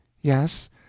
Yes